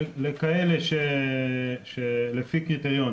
לפי קריטריון,